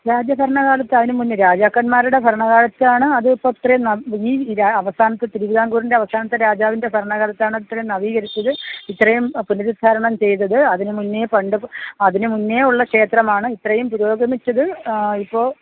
രാജഭരണകാലത്ത് അതിന് മുൻപേ രാജാക്കന്മാരുടെ ഭരണകാലത്താണ് അതിപ്പോൾ അത്രയും ഈ അവസാനത്തെ തിരുവിതാങ്കൂറിൻ്റെ അവസാനത്തെ രാജാവിൻ്റെ ഭരണകാലത്താണ് ഇത്രയും നവീകരിച്ചത് ഇത്രയും പുനരുദ്ധാരണം ചെയ്തത് അതിനു മുൻപേ പണ്ട് അതിനു മുന്നേയുള്ള ക്ഷേത്രമാണ് ഇത്രയും പുരോഗമിച്ചത് ഇപ്പോൾ